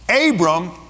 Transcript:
Abram